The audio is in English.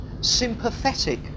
sympathetic